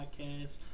podcast